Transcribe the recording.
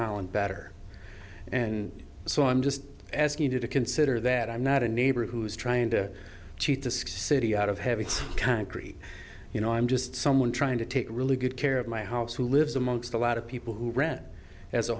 holland better and so i'm just asking you to consider that i'm not a neighbor who's trying to cheat the ski city out of heavy concrete you know i'm just someone trying to take really good care of my house who lives amongst a lot of people who rent as a